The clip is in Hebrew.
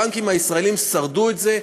הבנקים הישראליים שרדו את זה,